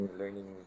learning